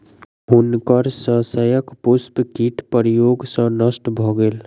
हुनकर शस्यक पुष्प कीट प्रकोप सॅ नष्ट भ गेल